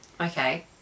Okay